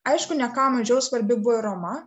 aišku ne ką mažiau svarbi buvo ir roma